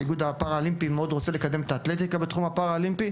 האיגוד הפרא-אולימפי מאוד רוצה לקדם את האתלטיקה בתחום הפרא-אולימפי.